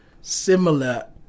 similar